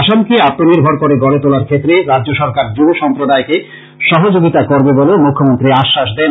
আসামকে আআনির্ভর করে গড়ে তোলার ক্ষেত্রে রাজ্যসরকার যুবসম্প্রদায়কে সহযোগিতা করবে বলেও মুখ্যমন্ত্রী আশ্বাস দেন